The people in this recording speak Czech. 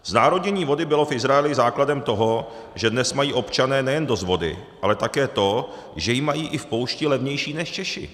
Znárodnění vody bylo v Izraeli základem toho, že dnes mají občané nejen dost vody, ale také to, že ji mají i v poušti levnější než Češi.